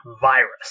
virus